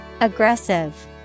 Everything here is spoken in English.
Aggressive